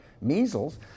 measles